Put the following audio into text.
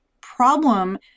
problem